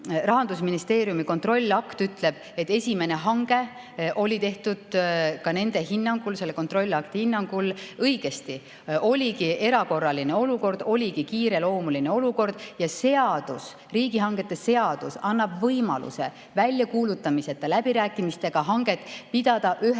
Rahandusministeeriumi kontrollakt ütleb, et esimene hange oli tehtud ka selle kontrollakti hinnangul õigesti. Oligi erakorraline olukord, oligi kiireloomuline olukord ja riigihangete seadus annab võimaluse väljakuulutamiseta läbirääkimistega hankeks ühe